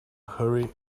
hurry